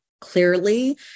clearly